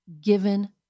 given